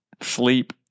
sleep